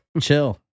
chill